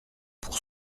pour